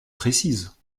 précise